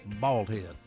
Baldhead